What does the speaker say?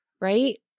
right